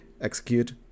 execute